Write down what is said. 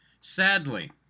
Sadly